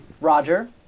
Roger